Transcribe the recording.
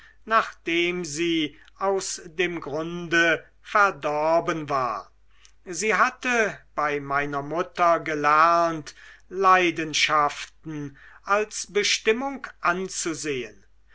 nachdem sie aus dem grunde verdorben war sie hatte bei meiner mutter gelernt leidenschaften als bestimmung anzusehen